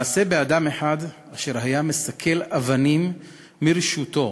מעשה באדם אחד אשר היה מסקל אבנים מרשותו,